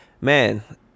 man